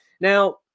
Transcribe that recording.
Now